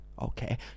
Okay